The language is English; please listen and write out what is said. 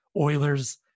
Oilers